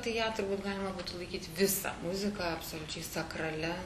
tai ją turbūt galima būtų laikyti visą muziką absoliučiai sakralia